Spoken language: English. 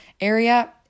area